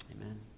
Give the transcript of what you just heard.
Amen